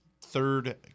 third